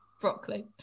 Broccoli